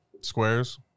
squares